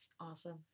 Awesome